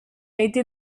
été